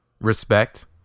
respect